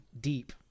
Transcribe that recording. deep